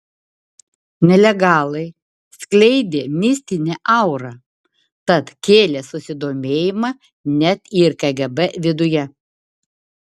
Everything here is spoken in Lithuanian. nelegalai skleidė mistinę aurą tad kėlė susidomėjimą net ir kgb viduje